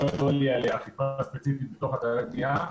לא ידוע לי על אכיפה אחת ספציפית בתוך אתרי הבנייה.